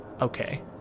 Okay